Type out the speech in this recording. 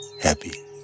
happy